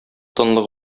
тынлык